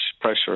pressure